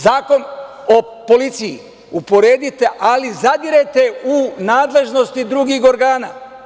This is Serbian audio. Zakon o policiji, uporedite, ali zadirete u nadležnosti drugih organa.